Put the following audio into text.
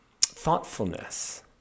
thoughtfulness